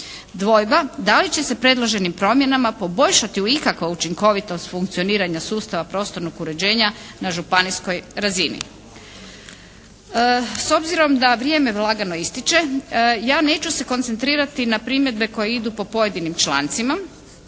Dvojba da li će se predloženim promjenama poboljšati ikakva učinkovitost funkcioniranja sustava prostornog uređenje na županijskoj razini. S obzirom da vrijeme lagano ističe ja neću se koncentrirati na primjedbe koje idu po pojedinim člancima